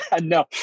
No